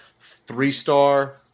Three-star